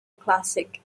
classic